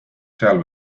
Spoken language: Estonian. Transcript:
seal